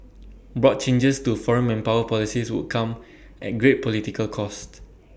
broad changes to foreign manpower policies would come at great political cost